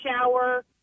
shower